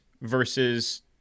versus